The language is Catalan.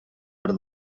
per